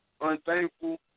unthankful